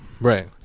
Right